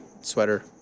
sweater